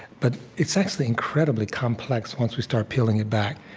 but it's actually incredibly complex, once we start peeling it back